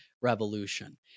revolution